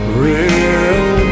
real